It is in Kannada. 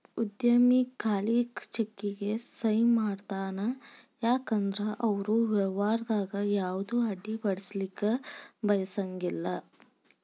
ಉದ್ಯಮಿ ಖಾಲಿ ಚೆಕ್ಗೆ ಸಹಿ ಮಾಡತಾನ ಯಾಕಂದ್ರ ಅವರು ವ್ಯವಹಾರದಾಗ ಯಾವುದ ಅಡ್ಡಿಪಡಿಸಲಿಕ್ಕೆ ಬಯಸಂಗಿಲ್ಲಾ